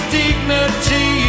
dignity